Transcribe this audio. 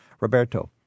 Roberto